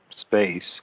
space